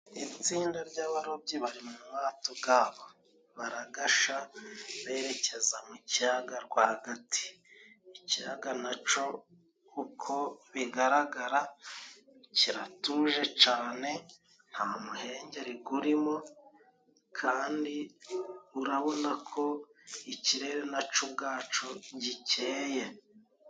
Itsinda ry'abarobyi bari mu bwato bwabo，baragasha berekeza mu kiyaga rwagati. Ikiyaga naco uko bigaragara kiratuje cane nta muhengeri guririmo kandi urabona ko ikirere naco ubwaco gikeye.